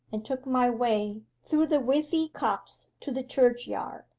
and took my way through the withy copse to the churchyard,